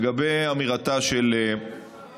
לגבי אמירתה של, האם